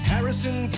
Harrison